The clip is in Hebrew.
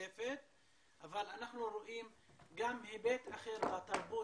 אבל הם נוחלים אכזבה פעם אחר פעם